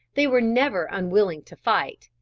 they were never unwilling to fight,